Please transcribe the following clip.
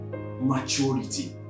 maturity